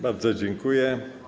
Bardzo dziękuję.